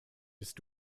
bist